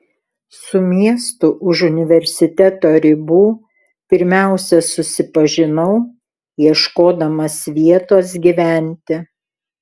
su miestu už universiteto ribų pirmiausia susipažinau ieškodamas vietos gyventi